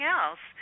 else